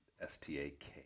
S-T-A-K